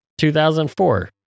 2004